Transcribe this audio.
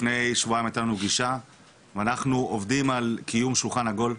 לפני שבועיים הייתה לנו פגישה ואנחנו עובדים על קיום שולחן עגול,